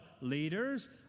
leaders